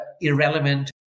irrelevant